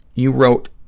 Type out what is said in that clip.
you wrote,